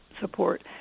support